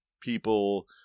people